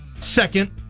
second